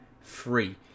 free